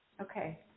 Okay